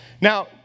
Now